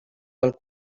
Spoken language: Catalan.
del